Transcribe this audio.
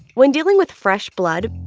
when dealing with fresh blood,